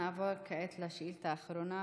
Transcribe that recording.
נעבור כעת לשאילתה האחרונה,